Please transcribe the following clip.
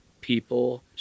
people